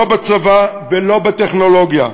לא בצבא ולא בטכניקה,